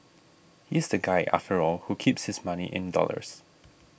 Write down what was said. he's the guy after all who keeps his money in dollars